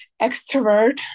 extrovert